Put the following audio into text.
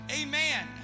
Amen